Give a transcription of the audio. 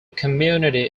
community